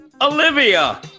Olivia